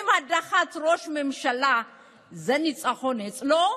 אם הדחת ראש ממשלה זה ניצחון אצלו,